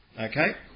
Okay